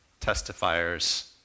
testifiers